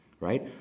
right